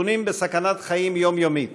נתונים בסכנת חיים יומיומית